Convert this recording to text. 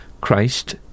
Christ